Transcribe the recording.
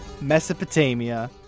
Mesopotamia